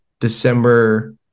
December